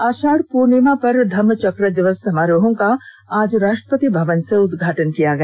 आषाढ़ पूर्णिमा पर धम्म चक्र दिवस समारोहों का आज राष्ट्रपति भवन से उद्घाटन किया गया